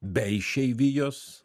be išeivijos